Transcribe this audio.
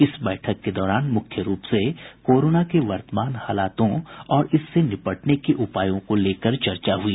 इस बैठक के दौरान मुख्य रूप से कोरोना के वर्तमान हालातों और इससे निपटने के उपायों को लेकर चर्चा हुई